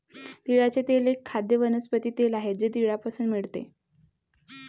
तिळाचे तेल एक खाद्य वनस्पती तेल आहे जे तिळापासून मिळते